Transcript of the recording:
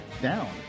down